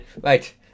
right